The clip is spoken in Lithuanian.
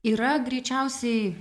yra greičiausiai